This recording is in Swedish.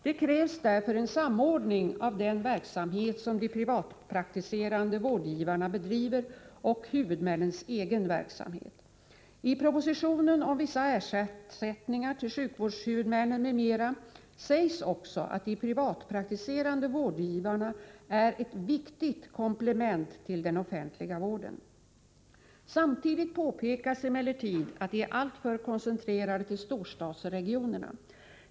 Det krävs därför en samordning av den verksamhet som de privatpraktiserande vårdgivarna bedriver och huvudmännens egen verksamhet. I propositionen om vissa ersättningar till sjukvårdshuvudmännen m.m. sägs också att de privatpraktiserande vårdgivarna är ett viktigt komplement till den offentliga vården. Samtidigt påpekas emellertid att de är alltför koncentrerade till storstadsregionerna.